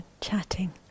chatting